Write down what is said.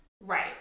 right